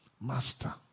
master